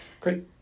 great